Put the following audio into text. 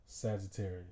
Sagittarius